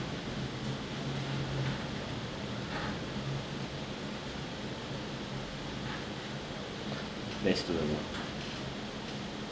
let's do about